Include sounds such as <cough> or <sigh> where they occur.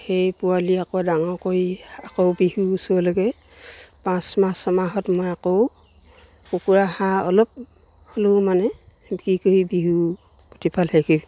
সেই পোৱালি আকৌ ডাঙৰ কৰি আকৌ বিহু ওচৰৰলৈকে পাঁচ মাহ ছমাহত মই আকৌ কুকুৰা হাঁহ অলপ হ'লেও মানে বিক্ৰী কৰি বিহু <unintelligible>